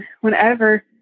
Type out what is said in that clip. whenever